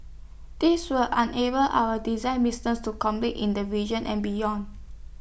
this will unable our design businesses to compete in the region and beyond